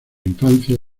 infancia